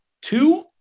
Two